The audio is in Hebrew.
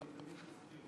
ואני תמיד מזכיר אותך.